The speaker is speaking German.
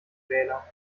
wähler